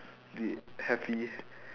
did happy